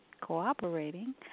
cooperating